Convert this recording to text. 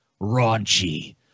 raunchy